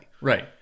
Right